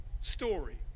story